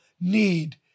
need